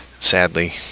sadly